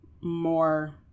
more